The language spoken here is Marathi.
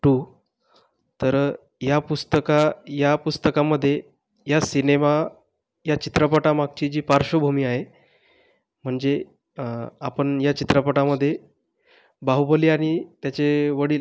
टू तर या पुस्तका या पुस्तकामध्ये या सिनेमा या चित्रपटामागची जी पार्श्वभूमी आहे म्हणजे आपण या चित्रपटामध्ये बाहुबली आणि त्याचे वडील